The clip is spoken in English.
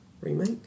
remake